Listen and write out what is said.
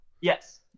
Yes